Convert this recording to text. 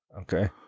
okay